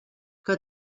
que